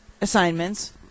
assignments